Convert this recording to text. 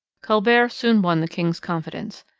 colbert soon won the king's confidence.